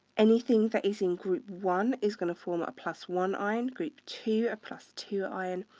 anything that is in group one is going to form a plus one ion. group two a plus two ion,